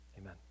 amen